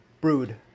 brewed